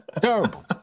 Terrible